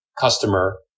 customer